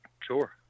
Sure